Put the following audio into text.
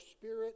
spirit